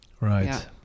Right